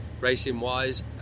racing-wise